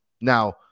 Now